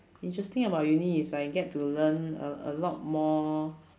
interesting about uni is I get to learn a a lot more